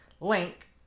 link